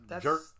jerk